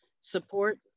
support